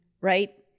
Right